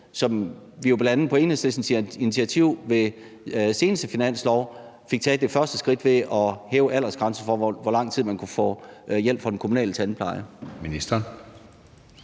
bl.a. på Enhedslistens initiativ ved seneste finanslov fik taget første skridt mod at afskaffe ved at hæve aldersgrænsen for, hvor lang tid man kan få hjælp fra den kommunale tandpleje?